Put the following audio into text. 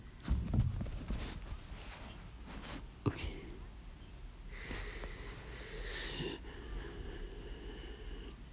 okay